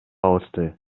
алышты